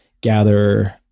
gather